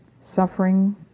Suffering